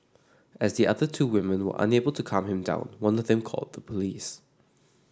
as the other two women were unable to calm him down one of them called the police